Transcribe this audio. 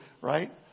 right